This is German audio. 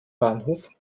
bahnhof